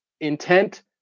Intent